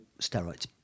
steroids